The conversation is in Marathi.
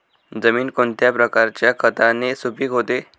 जमीन कोणत्या प्रकारच्या खताने सुपिक होते?